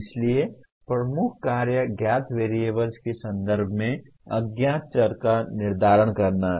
इसलिए प्रमुख कार्य ज्ञात वेरिएबल्स के संदर्भ में अज्ञात चर का निर्धारण करना है